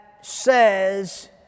says